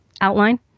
outline